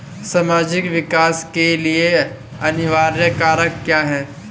सामाजिक विकास के लिए अनिवार्य कारक क्या है?